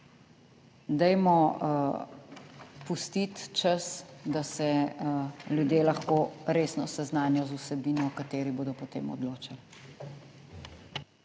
Dajmo pustiti čas, da se ljudje lahko resno seznanijo z vsebino, o kateri bodo potem odločali.